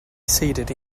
seated